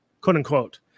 quote-unquote